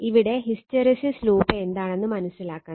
ഇവിടെ hysteresis loop എന്താണെന്ന് മനസിലാക്കണം